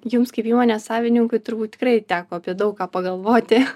jums kaip įmonės savininkui turbūt tikrai teko apie daug ką pagalvoti